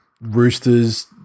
Roosters